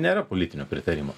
nėra politinio pritarimo